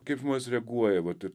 kaip žmonės reaguoja vat ir